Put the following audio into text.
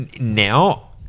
now